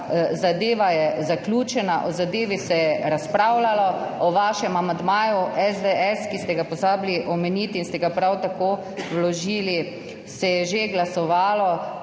zadeva je zaključena, o zadevi se je razpravljalo, o vašem amandmaju, SDS, ki ste ga pozabili omeniti in ste ga prav tako vložili, se je že glasovalo.